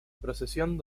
procesión